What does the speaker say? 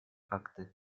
акты